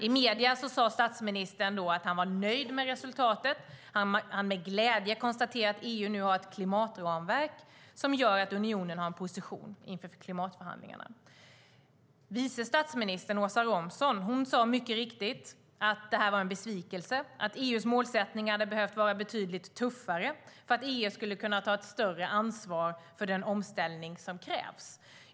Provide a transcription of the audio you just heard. I medierna sa statsministern då att han var nöjd med resultatet och att han med glädje konstaterade att EU fått ett klimatramverk som gett unionen en position inför klimatförhandlingarna. Vice statsminister Åsa Romson sa dock mycket riktigt att det här var en besvikelse, att EU:s målsättning hade behövt vara betydligt tuffare för att EU skulle kunna ta ett större ansvar för den omställning som krävs.